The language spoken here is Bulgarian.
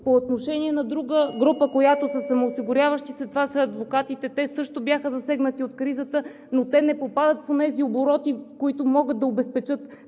По отношение на друга група, която са самоосигуряващите се, това са адвокатите. Те също бяха засегнати от кризата, но не попадат в онези обороти, които могат да обезпечат